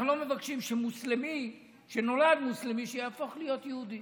אנחנו לא מבקשים שמוסלמי שנולד מוסלמי יהפוך להיות יהודי.